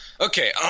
okay